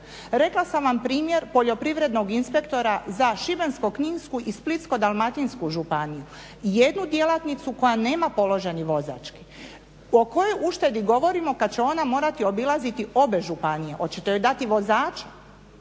Rekla sam vam primjer poljoprivrednog inspektora za Šibensko-kninsku i Splitsko-dalmatinsku županiju, jednu djelatnicu koja nema položeni vozački, o kojoj uštedi govorimo kad će ona morati obilaziti obe županije, hoćete joj dati vozača?